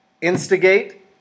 Instigate